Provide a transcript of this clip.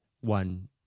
one